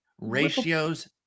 Ratios